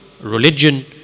religion